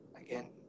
Again